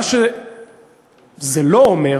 מה שזה לא אומר